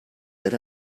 lit